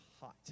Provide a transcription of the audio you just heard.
hot